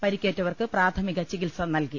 പരിക്കേറ്റവർക്ക് പ്രാഥമിക ചികിത്സ നൽകി